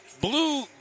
Blue